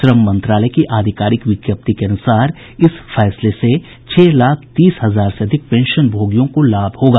श्रम मंत्रालय की आधिकारिक विज्ञप्ति के अनुसार इस फैसले से छह लाख तीस हजार से अधिक पेंशनभोगियों को लाभ होगा